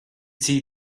see